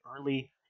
early